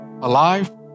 alive